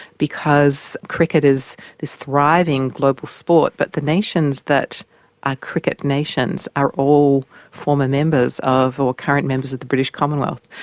because cricket is this thriving global sport, but the nations that are cricket nations are all former members or current members of the british commonwealth.